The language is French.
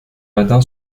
matin